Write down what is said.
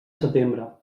setembre